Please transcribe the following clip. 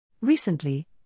Recently